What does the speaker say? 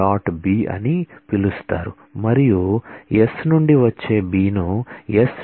b అని పిలుస్తారు మరియు s నుండి వచ్చే b ను s